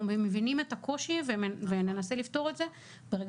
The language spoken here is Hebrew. אנחנו מבינים את הקושי וננסה לפתור את זה ברגע